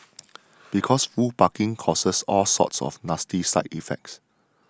because who parking causes all sorts of nasty side effects